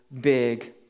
big